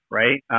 right